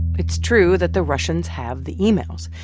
it's true that the russians have the emails,